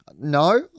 no